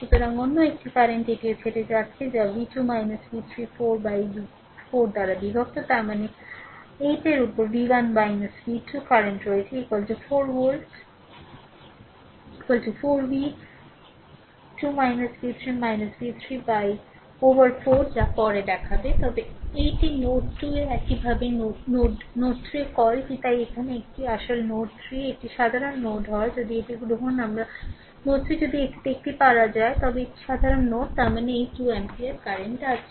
সুতরাং অন্য একটি কারেন্ট এটিও ছেড়ে যাচ্ছে যা v2 v3 4 বাই বিভক্ত তার মানে 8 এর উপরে V 1 V 2 কারেন্ট রয়েছে 4 V 2 V 3 V 3 উপর 4 যা পরে দেখাবে তবে এইটি নোড 2 এ একইভাবে নোড নোড 3 নোড 3 এ কল কি তাই তাই এখানে এই একটি আসলে নোড 3 এ একটি সাধারণ নোড হয় যদি এটি গ্রহণ আমার নোড 3 যে যদি এটিও দেখতে পারা যায় তবে এটি সাধারণ নোড তার মানে এই 2 অ্যাম্পিয়ার কারেন্ট আছে